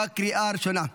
בקריאה הראשונה.